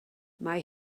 mae